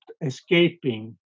escaping